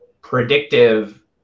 predictive